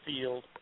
field